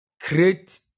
create